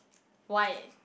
why